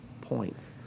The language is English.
points